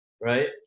Right